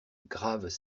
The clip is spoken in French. graves